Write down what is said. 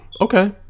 Okay